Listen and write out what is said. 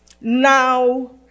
now